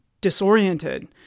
disoriented